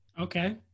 Okay